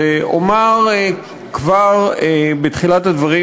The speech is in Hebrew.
ואומר כבר בתחילת הדברים,